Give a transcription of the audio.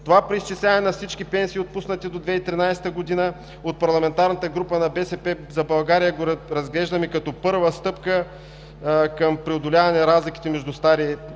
Това преизчисляване на всички пенсии, отпуснати до 2013 г., от Парламентарната група на „БСП за България“ го разглеждаме като първа стъпка към преодоляване на разликите между стари и